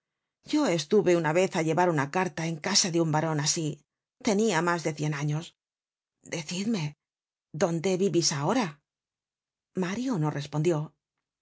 yo estuve una vez á llevar una carta en casa de un baron asi tenia mas de cien años decidme dónde vivis ahora mario no respondió ah